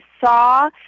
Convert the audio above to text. saw